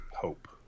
Hope